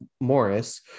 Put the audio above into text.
Morris